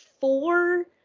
four